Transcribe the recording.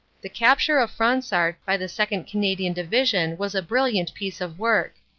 the capture of fransart by the second. canadian division was a brilliant piece of work.